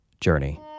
journey